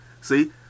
See